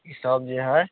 इसब जे है